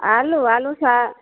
आलू आलू छऽ